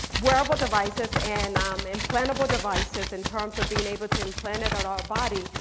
wearable devices and um implantable devices. in terms of being able to implant it on our body.